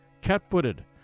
cat-footed